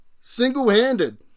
single-handed